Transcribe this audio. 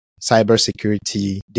cybersecurity